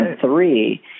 three